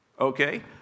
okay